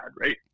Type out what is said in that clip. right